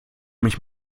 mich